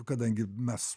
kadangi mes